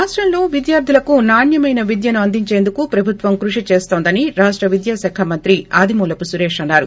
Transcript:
రాష్టంలో విద్యార్థులకు నాణ్యమైన విద్యను అందించేందుకు ప్రభుత్వం కృషి చేస్తోందని రాష్ట్ర విద్యా శాఖ మంత్రి ఆదిమూలపు సురేష్ అన్నారు